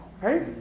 right